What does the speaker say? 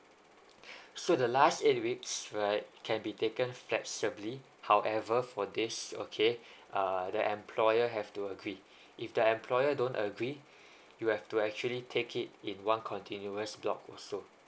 so the last eight weeks right can be taken flexibly however for days okay uh the employer have to agree if the employer don't agree you have to actually take it in one continuous block also